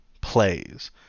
plays